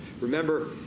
Remember